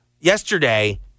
Yesterday